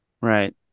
right